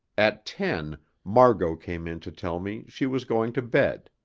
at ten margot came in to tell me she was going to bed.